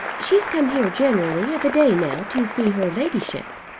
she's come here generally of a day now to see her ladyship.